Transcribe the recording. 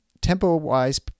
tempo-wise